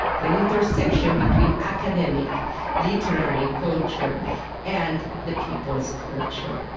the intersection between academic literary culture and the people's culture.